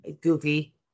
goofy